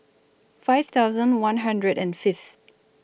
five thousand one hundred and Fifth